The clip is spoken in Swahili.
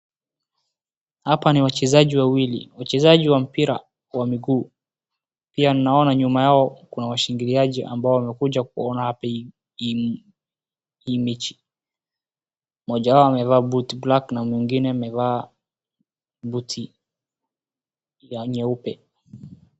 Hapa ni wachezaji wawili. Wachezaji wa mpira wa miguu. Pia naona nyuma yao kuna washingiliaji ambao wamekuja kuwaona hapa hii mechi. Mmoja wao amevaa buti black na mwingine amevaa buti ya nyeupe.